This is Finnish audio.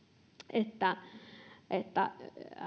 että että